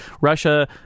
Russia